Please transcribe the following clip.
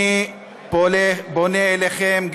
אני פונה אליכם,